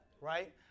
right